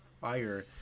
fire